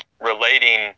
relating